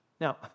Now